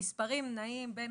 המספרים נעים בין